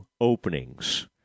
openings